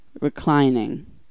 reclining